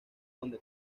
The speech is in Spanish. donde